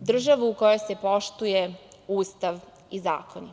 državu u kojoj se poštuje Ustav i zakoni.